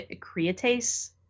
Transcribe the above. Creates